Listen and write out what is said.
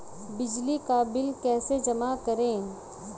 बिजली का बिल कैसे जमा करें?